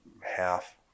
half